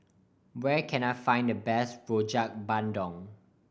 where can I find the best Rojak Bandung